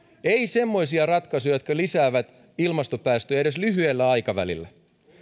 ei semmoisia ratkaisuja jotka lisäävät ilmastopäästöjä edes lyhyellä aikavälillä